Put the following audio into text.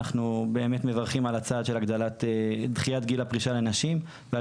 אנחנו מברכים על הצעד של דחיית גיל הפרישה לנשים ועל